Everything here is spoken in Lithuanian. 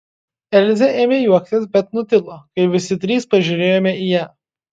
elzė ėmė juoktis bet nutilo kai visi trys pažiūrėjome į ją